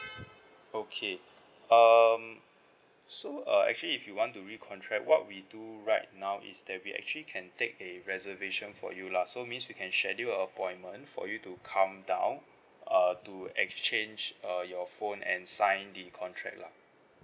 okay um so uh actually if you want to re-contract what we do right now is that we actually can take a reservation for you lah so means we can schedule appointment for you to come down uh to exchange uh your phone and sign the contract lah